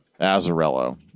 Azarello